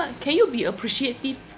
can you be appreciative